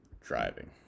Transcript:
driving